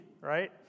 right